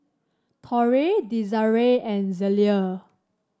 Torie Desirae and Zelia